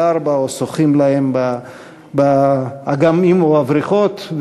ארבע או שוחים להם באגמים או בבריכות.